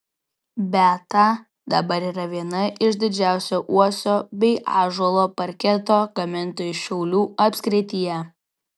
beata dabar yra viena iš didžiausių uosio bei ąžuolo parketo gamintojų šiaulių apskrityje